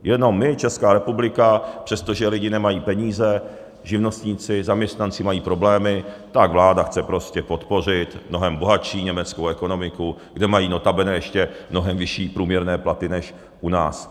Jenom my, Česká republika, přestože lidi nemají peníze, živnostníci, zaměstnanci mají problémy, tak vláda chce prostě podpořit mnohem bohatší německou ekonomiku, kde mají notabene ještě mnohem vyšší průměrné platy než u nás.